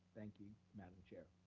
thank you, madam chair.